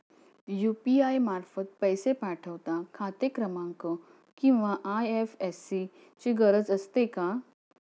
UPI मार्फत पैसे पाठवता खाते क्रमांक किंवा आय.एफ.एस.सी ची गरज असते का?